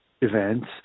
events